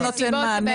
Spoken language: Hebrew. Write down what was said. זה לא נותן מענה.